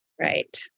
right